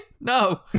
No